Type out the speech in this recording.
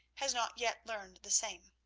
has not yet learned the same.